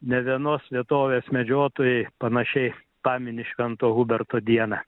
ne vienos vietovės medžiotojai panašiai pamini švento huberto dieną